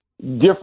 different